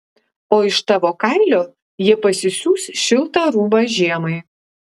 o iš tavo kailio jie pasisiūs šiltą rūbą žiemai